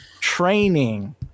training